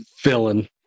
villain